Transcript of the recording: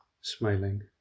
smiling